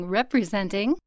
representing